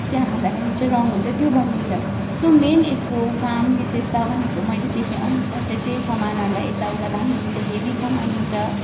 चिया खाँदा चाहिँ रङ हुन्छ त्यो बनिन्छ सो मेन यसको काम विशेषता भनेको मैले देखेअनुसार चाहिँ त्यही सामानहरूलाई यताउता लाने जुन चाहिँ हेभी सामान हुन्छ